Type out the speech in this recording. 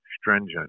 stringent